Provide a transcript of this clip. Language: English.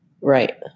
Right